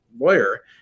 lawyer